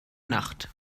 nacht